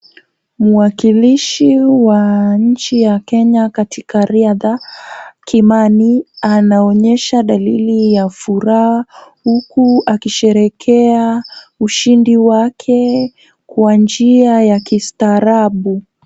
Mwakilishi wa nchi ya Kenya katika riadha Kimani, anaonyesha dalili ya furaha huku akisherehekea ushindi wake kwa njia ya kistaarabu.